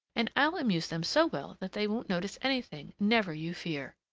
and i'll amuse them so well that they won't notice anything, never you fear.